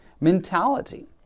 mentality